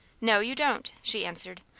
no, you don't, she answered.